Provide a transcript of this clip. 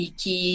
que